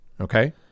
okay